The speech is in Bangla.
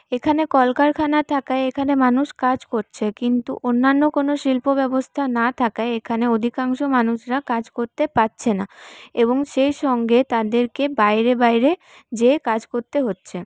এখানে কলকারখানা থাকায় এখানে মানুষ কাজ করছে কিন্তু অন্যান্য কোন শিল্পব্যবস্থা না থাকায় এখানে অধিকাংশ মানুষরা কাজ করতে পারছে না এবং সেই সঙ্গে তাদেরকে বাইরে বাইরে যেয়ে কাজ করতে হচ্ছে